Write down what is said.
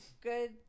good